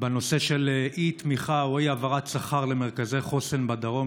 בנושא של אי-תמיכה או אי-העברת שכר למרכזי חוסן בדרום.